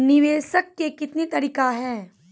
निवेश के कितने तरीका हैं?